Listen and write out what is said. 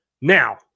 Now